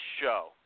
show